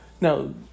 now